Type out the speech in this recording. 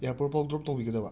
ꯏꯌꯥꯔꯄꯣꯔꯠꯐꯧ drop ꯇꯧꯕꯤꯒꯗꯕ